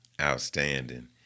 Outstanding